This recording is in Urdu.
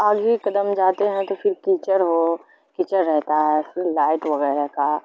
آگ ہی قدم جاتے ہیں تو پھر کیچر ہو کیچر رہتا ہے پھر لائٹ وغیرہ کا